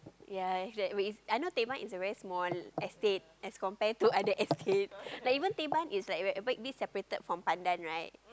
ya that way I know Teban is a very small estate as compare to other estate like even Teban is like where this separated from pandan right